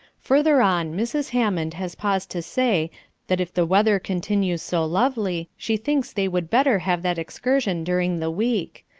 further on mrs. hammond has paused to say that if the weather continues so lovely she thinks they would better have that excursion during the week.